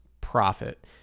profit